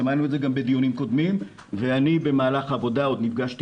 שמענו את זה גם בדיונים קודמים ואני במהלך העבודה עוד נפגשתי